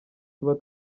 tuba